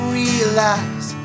realize